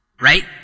right